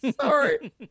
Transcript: Sorry